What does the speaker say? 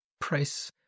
price